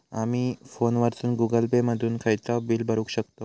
आमी फोनवरसून Google Pay मधून खयचाव बिल भरुक शकतव